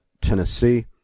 Tennessee